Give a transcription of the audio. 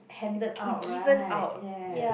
handed out right yes